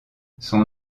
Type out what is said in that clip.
son